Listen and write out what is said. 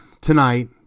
tonight